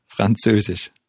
Französisch